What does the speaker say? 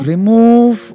Remove